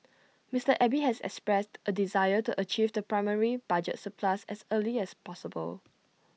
Mister Abe has expressed A desire to achieve the primary budget surplus as early as possible